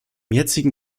jetzigen